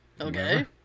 Okay